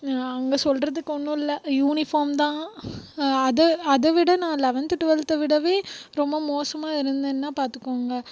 அங்கே சொல்றதுக்கு ஒன்றும் இல்லை யூனிஃபாம்தான் அதை அதை விட நான் லெவன்த் ட்வெல்த்தை விடவே ரொம்ப மோசமாக இருந்தேன்ன பார்த்துக்கோங்க